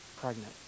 pregnant